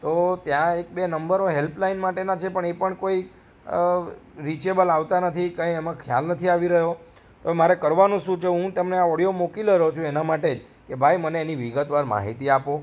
તો ત્યાં એક બે નંબરો હેલ્પલાઇન માટેના છે પણ એ પણ કોઈ રીચેબલ આવતા નથી કંઈ એમાં ખ્યાલ નથી આવી રહ્યો તો મારે કરવાનું શું છે હું તમને આ ઓડિયો મોકલી રહ્યો છું એના માટે કે ભાઈ એની વિગતવાર માહિતી આપો